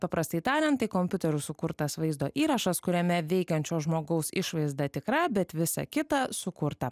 paprastai tariant tai kompiuteriu sukurtas vaizdo įrašas kuriame veikiančio žmogaus išvaizda tikra bet visa kita sukurta